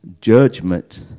Judgment